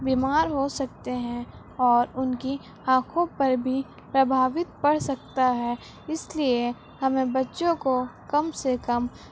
بیمار ہو سکتے ہیں اور ان کی آنکھوں پر بھی پربھاوت پڑ سکتا ہے اس لیے ہمیں بچوں کو کم سے کم